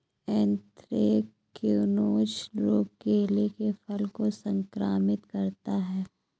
anthracnose रोग केले के फल को संक्रमित करता है